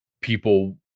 people